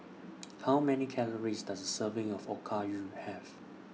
How Many Calories Does A Serving of Okayu Have